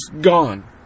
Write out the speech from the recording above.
gone